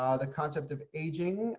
ah the concept of aging